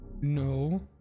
No